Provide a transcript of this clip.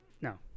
No